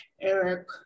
Eric